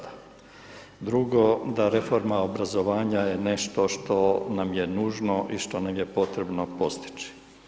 Drugo, da reforma obrazovanja je nešto što nam je nužno i što nam je potrebno postići.